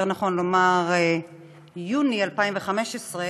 יותר נכון לומר יוני 2015,